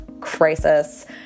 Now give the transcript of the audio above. crisis